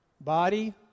body